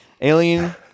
Alien